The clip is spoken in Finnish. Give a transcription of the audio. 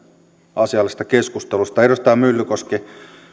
asiallisesta keskustelusta edustaja myllykoski